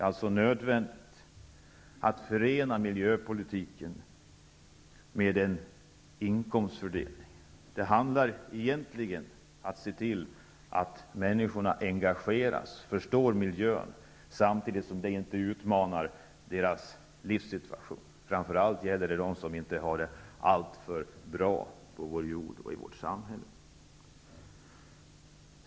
Det är nödvändigt att förena miljöpolitiken med en inkomstfördelning. Det handlar egentligen om att se till att människorna engageras och förstår miljön samtidigt som deras livssituation inte utmanas. Det gäller framför allt de som inte har det alltför bra på vår jord och i vårt samhälle.